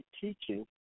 teaching